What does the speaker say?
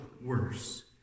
worse